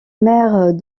maire